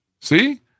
See